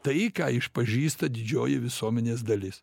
tai ką išpažįsta didžioji visuomenės dalis